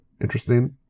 interesting